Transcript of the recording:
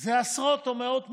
זה עשרות או מאות מיליונים.